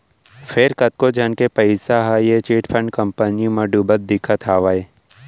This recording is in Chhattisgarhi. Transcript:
फेर कतको झन के पइसा ह ए चिटफंड कंपनी म डुबत दिखत हावय